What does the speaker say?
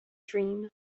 dream